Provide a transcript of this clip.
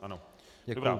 Ano, dobrá.